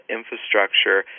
infrastructure